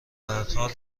هرحال